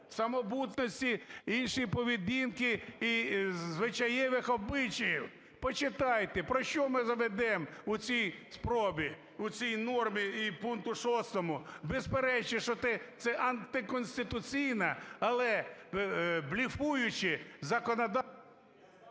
самобутності іншої поведінки і звичаєвих обичаїв. Почитайте, про що ми ведемо у цій спробі, у цій нормі і пункту шостому. Безперечно, що це антиконституційно, але блефуючи… ГОЛОВУЮЧИЙ.